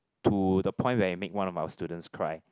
to the point where he make one of our students cry